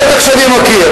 בטח שאני מכיר.